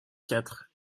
quatre